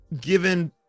given